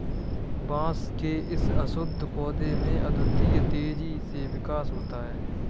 बांस के इस अद्भुत पौधे में अद्वितीय तेजी से विकास होता है